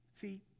See